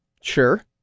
Sure